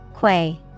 Quay